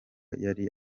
yari